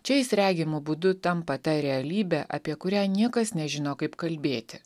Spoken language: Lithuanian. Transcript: čia jis regimu būdu tampa ta realybe apie kurią niekas nežino kaip kalbėti